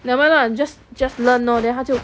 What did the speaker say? nevermind lah just just learn lor then 他就